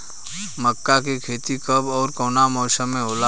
मका के खेती कब ओर कवना मौसम में होला?